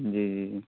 جی جی